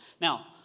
Now